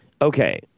okay